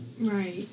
Right